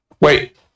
Wait